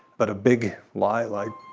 but a big lie like.